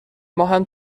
ماهم